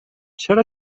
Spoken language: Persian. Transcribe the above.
چرا